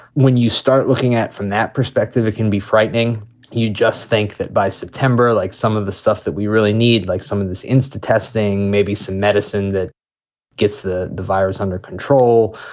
when you start looking at from that perspective, it can be frightening you just think that by september, like some of the stuff that we really need, like some of this insta testing, maybe some medicine that gets the the virus under control,